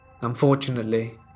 Unfortunately